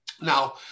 Now